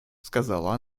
сказала